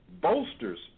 bolsters